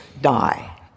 die